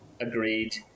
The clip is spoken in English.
agreed